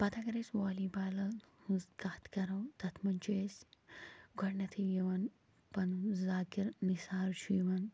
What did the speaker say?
پتہٕ اگرے أسۍ والی بالن ہنٛز کتھ کرو تتھ منٛز چھُ اسہِ گۄڈٕنیتھٕے یِوان پنُن زاکِر نصار چھُ یِوان